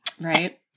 right